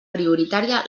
prioritària